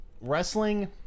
wrestling